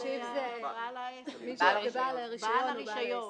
מי שמקבל היתר לגידול ומתחיל לפעול בתחום